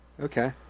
okay